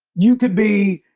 you could be,